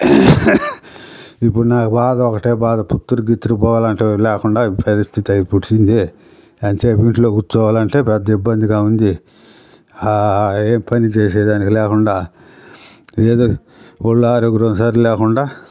ఇప్పుడు నాకు బాధ ఒకటే బాధ పుత్తూరు గిత్తూరు పోవాలంటే లేకుండా ఇది పరిస్థితి అయ్యి కూర్చుంది ఎంత సేపు ఇంట్లో కూర్చోవాలంటే పెద్ద ఇబ్బందిగా ఉంది ఏ పని చేసేదానికి లేకుండా ఏదో ఒళ్ళు ఆరుగురం సరి లేకుండా